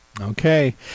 Okay